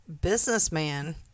businessman